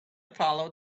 follow